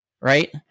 Right